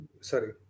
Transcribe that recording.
sorry